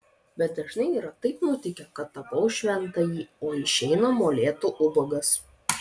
bet dažnai yra taip nutikę kad tapau šventąjį o išeina molėtų ubagas